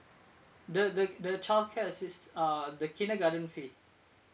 the the the childcare assist~ ah the kindergarten fee